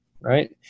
right